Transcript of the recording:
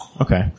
Okay